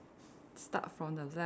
start from the left